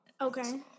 Okay